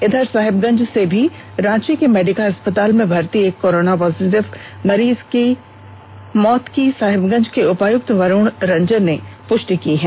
इधर साहेबगंज से भी रांची के मेडिका अस्पताल में भर्त्ती एक कोरोना पॉजिटिव मरीज की मौत की साहेबगंज के उपायुक्त वरुण रंजन ने पुष्टि की है